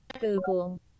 Google